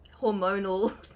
hormonal